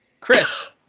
Chris